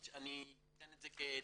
זה אני נותן כדוגמה.